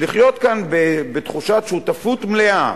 ולחיות כאן בתחושת שותפות מלאה